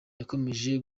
yakomeje